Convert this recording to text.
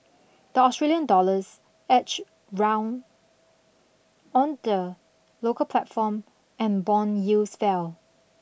the Australian dollars edged round on the local platform and bond yields fell